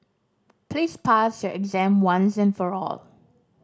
please pass your exam once and for all